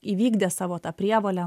įvykdė savo tą prievolę